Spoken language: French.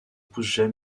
poussent